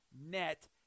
net